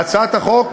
להצעת החוק,